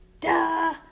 Duh